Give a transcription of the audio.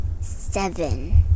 Seven